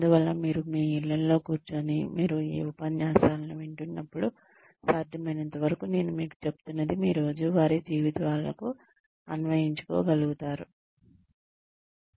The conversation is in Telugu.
అందువల్ల మీరు మీ ఇళ్లలో కూర్చొని మీరు ఈ ఉపన్యాసాలను వింటున్నప్పుడు సాధ్యమైనంతవరకు నేను మీకు చెప్తున్నది మీ రోజువారీ జీవితాలకు అన్వయించుకోగలరు